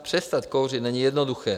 Přestat kouřit není jednoduché.